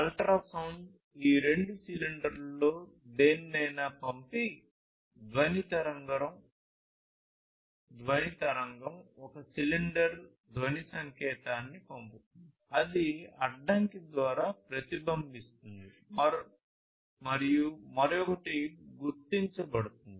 ultrasound ఈ రెండు సిలిండర్లలో దేనినైనా పంపిన ధ్వని తరంగం ఒక సిలిండర్ ధ్వని సంకేతాన్ని పంపుతుంది అది ఆ అడ్డంకి ద్వారా ప్రతిబింబిస్తుంది మరియు మరొకటి గుర్తించబడుతుంది